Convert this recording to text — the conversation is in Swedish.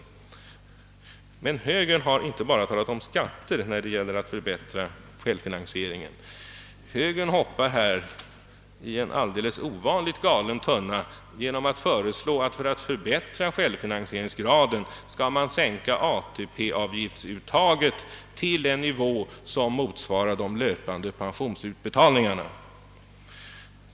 Högern har emellertid inte bara talat om skatter när det gäller att förbättra självfinansieringen; den hoppar i en alldeles ovanligt galen tunna genom att föreslå att man för att höja självfinansieringsgraden «skulle sänka ATP-avgiftsuttaget till en nivå som motsvarar de löpande pensionsutbetalningarna.